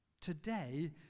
Today